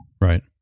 Right